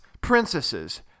princesses